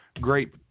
great